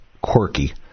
quirky